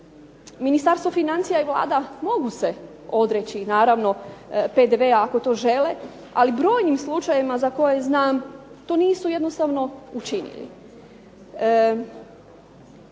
Ministarstvo financija i Vlada mogu se odreći naravno PDV-a ako to žele, ali u brojnim slučajevima za koje znam to nisu jednostavno učinili.